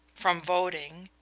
from voting,